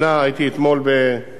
הייתי אתמול בחיפה,